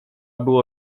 było